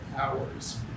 hours